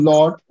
Lord